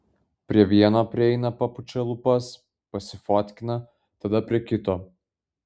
prie vieno prieina papučia lūpas pasifotkina tada prie kito